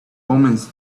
omens